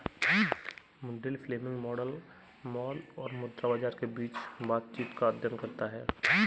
Mundell Fleming model माल और मुद्रा बाजार के बीच बातचीत का अध्ययन करता है